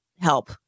help